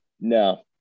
no